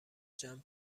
جمع